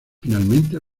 finalmente